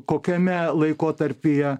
kokiame laikotarpyje